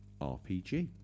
RPG